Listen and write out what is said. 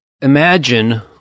imagine